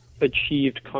achieved